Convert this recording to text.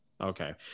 Okay